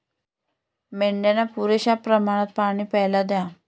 मेंढ्यांना पुरेशा प्रमाणात पाणी प्यायला द्या